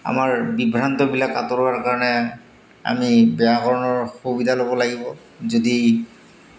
আমাৰ বিভ্ৰান্তবিলাক আঁতৰোৱাৰ কাৰণে আমি ব্যাকৰণৰ সুবিধা ল'ব লাগিব যদি